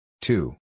Two